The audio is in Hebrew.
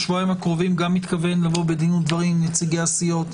בשבועיים הקרובים אני גם מתכוון לבוא בדין ודברים עם נציגי הסיעות,